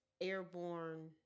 airborne